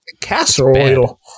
casserole